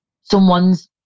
someone's